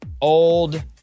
Old